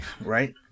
right